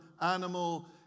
animal